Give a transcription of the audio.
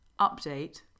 update